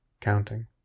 counting